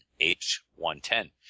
H110